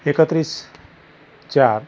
એક્ત્રીસ ચાર